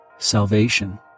salvation